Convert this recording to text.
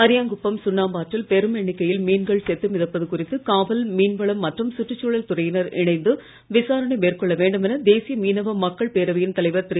அரியாங்குப்பம் சுண்ணாம்பு ஆற்றில் பெரும் எண்ணிக்கையில் மீன்கள் செத்து மிதப்பது குறித்து காவல் மீன்வளம் மற்றும் சுற்றுசூழல் துறையினர் இணைந்து விசாரணை மேற்கொள்ள வேண்டும் என தேசிய மீனவ மக்கள் பேரவையின் தலைவர் திரு